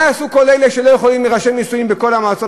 מה יעשו כל אלה שלא יכולים להירשם לנישואין בכל המועצות